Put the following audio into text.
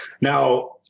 Now